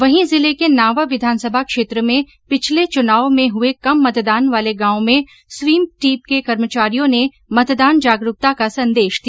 वहीं जिले के नावां विधानसभा क्षेत्र में पिछले चुनाव में हुए कम मतदान वाले गांव में स्वीप टीम के कर्मचारियों ने मतदान जागरूकता का संदेश दिया